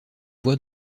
voies